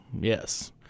Yes